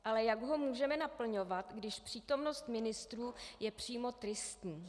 Ale jak ho můžeme naplňovat, když přítomnost ministrů je přímo tristní?